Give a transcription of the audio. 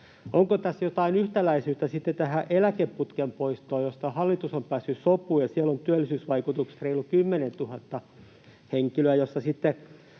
Onko tässä jotain yhtäläisyyttä tähän eläkeputken poistoon, josta hallitus on päässyt sopuun ja jonka työllisyysvaikutus on reilut 10 000 henkilöä ja jossa